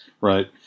right